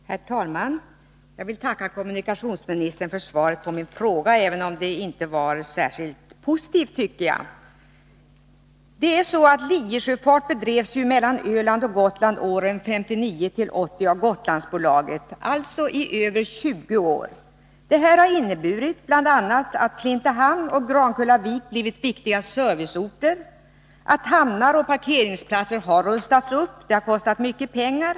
Nr 48 Herr talman! Jag vill tacka kommunikationsministern för svaret på min Måndagen de fråga, även om jag tycker att det inte var särskilt positivt. 13 december 1982 Det är så att linjesjöfart bedrevs mellan Gotland och Öland åren 1959-1980 av Gotlandsbolaget, alltså i över 20 år. Detta har inneburit bl.a. att Klintehamn och Grankullavik blivit viktiga serviceorter. Hamnar och på trafik mellan parkeringsplatser har rustats upp, vilket har kostat mycket pengar.